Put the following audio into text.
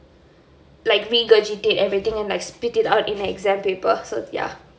like regurgitate everything and like spit it out in an exam paper so ya